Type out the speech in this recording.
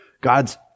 God's